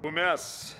o mes